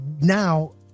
now